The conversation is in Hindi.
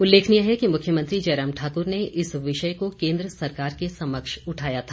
उल्लेखनीय है कि मुख्यमंत्री जयराम ठाकुर ने इस विषय को केंद्र सरकार के समक्ष उठाया था